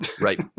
Right